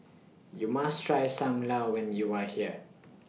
YOU must Try SAM Lau when YOU Are here